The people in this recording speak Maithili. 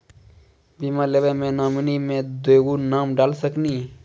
बीमा लेवे मे नॉमिनी मे दुगो नाम डाल सकनी?